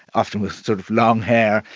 often with sort of long hair,